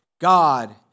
God